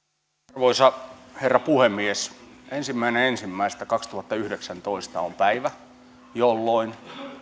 arvoisa herra puhemies ensimmäinen ensimmäistä kaksituhattayhdeksäntoista on päivä jolloin